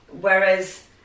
Whereas